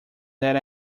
that